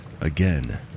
again